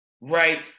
right